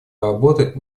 работать